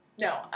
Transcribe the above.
No